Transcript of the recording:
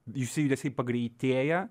visi judesiai pagreitėja